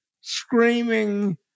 screaming